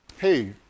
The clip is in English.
Hey